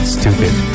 Stupid